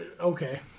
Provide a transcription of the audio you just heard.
Okay